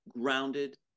grounded